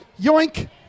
yoink